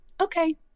Okay